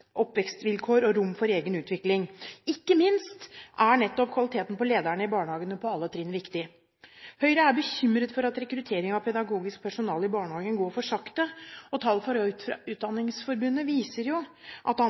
oppvekstvilkår og rom for egen utvikling. Ikke minst er nettopp kvaliteten på lederne – på alle trinn – i barnehagen viktig. Høyre er bekymret for at rekruttering av pedagogisk personale i barnehagene går for sakte. Tall fra Utdanningsforbundet viser jo at